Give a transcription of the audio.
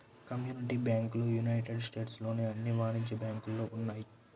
community బ్యాంకులు United States లోని అన్ని వాణిజ్య బ్యాంకులలో ఉన్నాయి